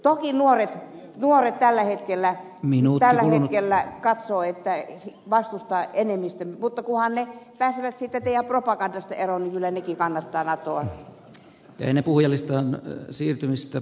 toki nuorten enemmistö tällä hetkellä minun tällä tiellä katsoi kaikki vastustaa mutta kunhan he pääsevät siitä teidän propagandastanne eroon niin kyllä hekin kannattavat natoa